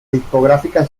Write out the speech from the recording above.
discográfica